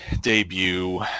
debut